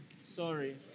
Sorry